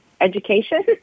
education